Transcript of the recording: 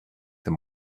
them